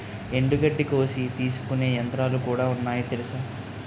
ఎండుగడ్డి కోసి తీసుకునే యంత్రాలుకూడా ఉన్నాయి తెలుసా?